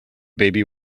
baby